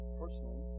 personally